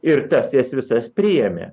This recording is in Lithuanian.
ir tas jas visas priėmė